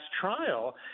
trial